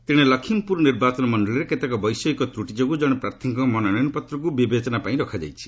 ତେଶେ ଲକ୍ଷିମ୍ପୁର ନିର୍ବାଚନ ମଣ୍ଡଳୀରେ କେତେକ ବୈଷୟିକ ତ୍ରଟି ଯୋଗୁଁ କଣେ ପ୍ରାର୍ଥୀଙ୍କ ମନୋନୟନପତ୍ରକୁ ବିବେଚନା ପାଇଁ ରଖାଯାଇଛି